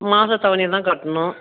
மாதத் தவணையாக தான் கட்டணும்